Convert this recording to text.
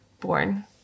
born